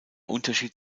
unterschied